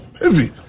Heavy